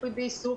ריפוי בעיסוק,